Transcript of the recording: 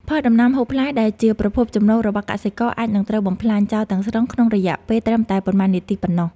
ផលដំណាំហូបផ្លែដែលជាប្រភពចំណូលរបស់កសិករអាចនឹងត្រូវបំផ្លាញចោលទាំងស្រុងក្នុងរយៈពេលត្រឹមតែប៉ុន្មាននាទីប៉ុណ្ណោះ។